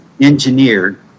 engineered